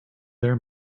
their